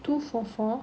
two four four